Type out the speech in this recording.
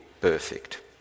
perfect